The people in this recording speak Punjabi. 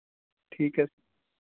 ਠੀਕ ਐ